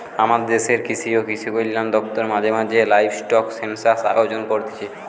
আমদের দেশের কৃষি ও কৃষিকল্যান দপ্তর মাঝে মাঝে লাইভস্টক সেনসাস আয়োজন করতিছে